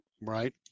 Right